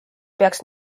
peaks